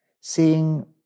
seeing